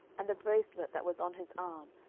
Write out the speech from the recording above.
and the bracelet that was on his arm,